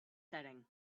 setting